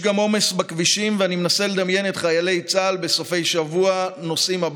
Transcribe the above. חוץ מהשם,